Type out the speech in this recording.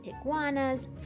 iguanas